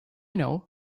know